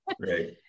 Right